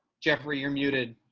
jeffrey you're muted.